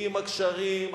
הקים גשרים,